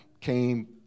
came